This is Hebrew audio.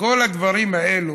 כל הדברים הללו,